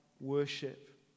worship